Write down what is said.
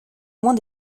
moins